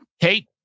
Kate